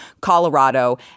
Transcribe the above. Colorado